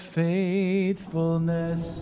faithfulness